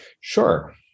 Sure